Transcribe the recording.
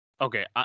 Okay